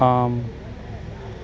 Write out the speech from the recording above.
आम्